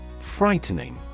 Frightening